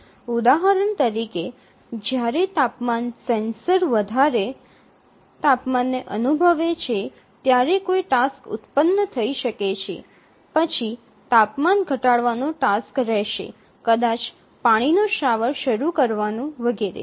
ઉદાહરણ તરીકે જ્યારે તાપમાન સેન્સર વધારે તાપમાન ને અનુભવે છે ત્યારે કોઈ ટાસ્ક ઉત્પન્ન થઈ શકે છે પછી તાપમાન ઘટાડવાનો ટાસ્ક રહેશે કદાચ પાણીનો શાવર શરૂ કરવાનું વગેરે